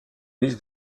liste